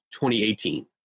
2018